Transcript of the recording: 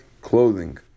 clothing